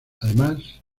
además